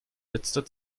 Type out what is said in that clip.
letzter